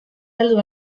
heldu